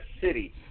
city